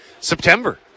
September